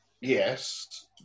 Yes